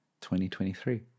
2023